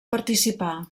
participar